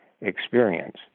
experience